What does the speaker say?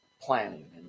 planning